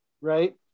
right